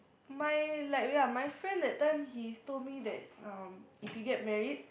my like ya my friend that time he told me that um if we get married